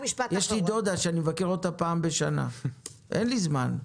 כי אין לי זמן.